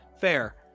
Fair